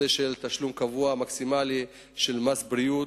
תשלום קבוע מקסימלי של מס בריאות,